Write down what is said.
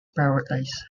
paradise